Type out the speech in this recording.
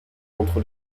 entre